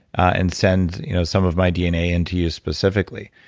and send you know some of my dna in to use specifically.